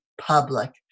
public